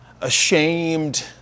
ashamed